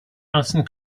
alison